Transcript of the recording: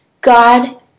God